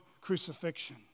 crucifixion